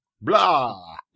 Blah